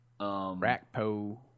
Rackpo